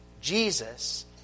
Jesus